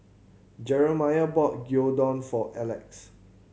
Jeremiah bought Gyudon for Alex